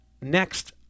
next